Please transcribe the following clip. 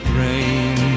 rain